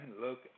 look